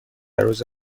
روز